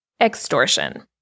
Extortion